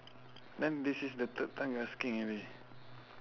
then this is the third time you asking already